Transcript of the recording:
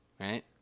Right